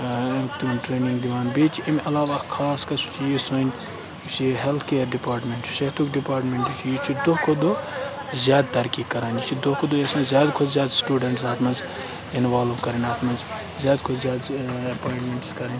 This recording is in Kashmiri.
آ تِمَن ٹرٛینِنٛگ دِوان بیٚیہِ چھِ امہِ علاوٕ اَکھ خاص کَر سُہ چیٖز سانہِ یُس یہِ ہیٚلتھ کِیر ڈِپاٹمٮ۪نٛٹ چھُ صحتُک ڈِپاٹمٮ۪نٛٹ چھُ یہِ چھُ دۄہ کھۄتہٕ دۄہ زیادٕ ترقی کَران یہِ چھِ دۄہ کھۄتہٕ دۄہ یَژھان زیادٕ کھۄتہٕ زیادٕ سٹوٗڈَنٛٹٕس اَتھ منٛز اِنوالو کَرٕنۍ اَتھ منٛز زیادٕ کھۄتہٕ زیادٕ ایٚپوایِنٛٹمٮ۪نٛٹٕس کَرٕنۍ